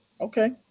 Okay